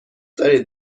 دارید